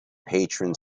patron